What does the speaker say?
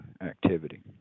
activity